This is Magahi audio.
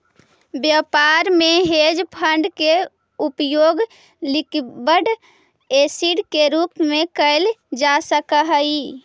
व्यापार में हेज फंड के उपयोग लिक्विड एसिड के रूप में कैल जा सक हई